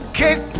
kick